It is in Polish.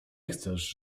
chcesz